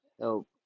help